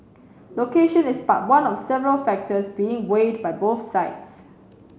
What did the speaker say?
location is but one of several factors being weighed by both sides